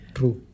True